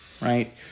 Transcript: right